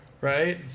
right